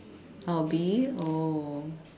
oh B oh